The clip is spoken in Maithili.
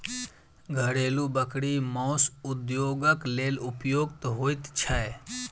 घरेलू बकरी मौस उद्योगक लेल उपयुक्त होइत छै